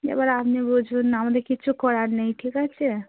এবার আপনি বুঝুন আমাদের কিচ্ছু করার নেই ঠিক আছে